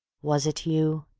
was it you?